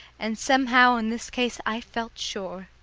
and somehow in this case i felt sure.